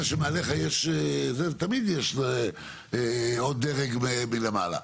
תמיד יש עוד דרג מלמעלה.